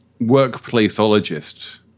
workplaceologist